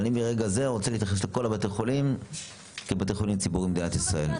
מרגע זה אני רוצה לכל בתי החולים כבתי חולים ציבוריים במדינת ישראל.